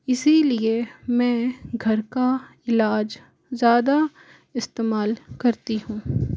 इसलिए मैं घर का इलाज ज़्यादा इस्तेमाल करती हूँ